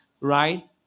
right